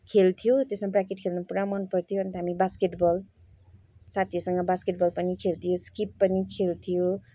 खेल्थ्यौँ त्यसमा ब्रेकेट खेल्न पुरा मनपर्थ्यो अन्त हामी बास्केटबल साथीहरूसँग बास्केटबल पनि खेल्थ्यौँ स्किप पनि खेल्थ्यौँ